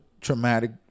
traumatic